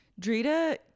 Drita